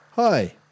Hi